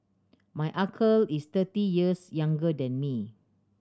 my uncle is thirty years younger than me